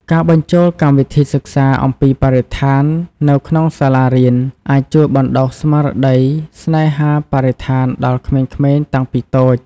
ការបញ្ចូលកម្មវិធីសិក្សាអំពីបរិស្ថាននៅក្នុងសាលារៀន អាចជួយបណ្តុះស្មារតីស្នេហាបរិស្ថានដល់ក្មេងៗតាំងពីតូច។